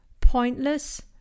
pointless